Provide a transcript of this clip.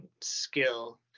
skill